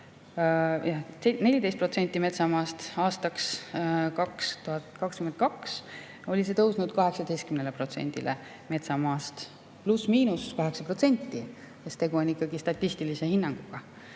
14% metsamaast. Aastaks 2022 oli see tõusnud 18%‑le metsamaast, pluss-miinus 8%, sest tegu on ikkagi statistilise hinnanguga.